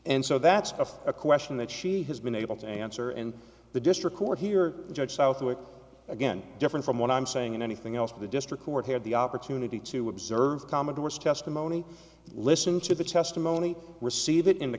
and so that's a question that she has been able to answer and the district court here judge southwick again different from what i'm saying and anything else of the district court had the opportunity to observe commodores testimony listen to the testimony receive it in the